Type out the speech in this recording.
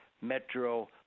Metro